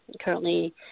currently